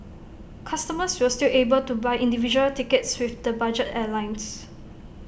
customers will still be able to buy individual tickets with the budget airlines